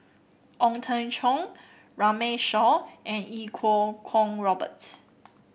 Ong Teng Cheong Runme Shaw and Iau Kuo Kwong Roberts